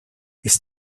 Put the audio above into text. ist